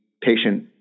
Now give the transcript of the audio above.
patient